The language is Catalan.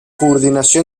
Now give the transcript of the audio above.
coordinació